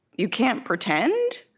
you can't pretend?